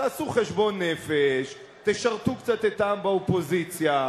תעשו חשבון נפש, תשרתו קצת את העם באופוזיציה,